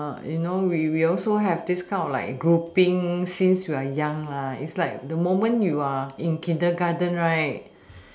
uh you know we we also have this kind of like grouping since we are young lah is like the moment you're in kindergarten right